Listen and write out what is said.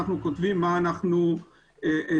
אנחנו כותבים מה אנחנו צריכים.